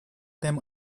them